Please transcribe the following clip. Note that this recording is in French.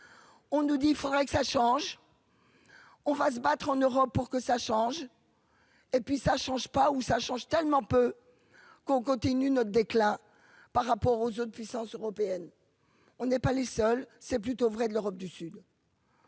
On nous dit il faudrait que ça change. On va se battre en Europe pour que ça change. Et puis ça change pas ou ça change tellement peu. Qu'on continue notre déclin par rapport aux autres puissances européennes. On n'est pas les seuls c'est plutôt vrai de l'Europe du Sud.